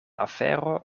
afero